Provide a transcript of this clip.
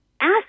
ask